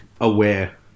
Aware